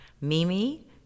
Mimi